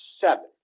seven